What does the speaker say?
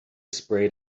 sprayed